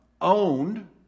owned